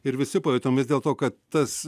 ir visi pajutom vis dėlto kad tas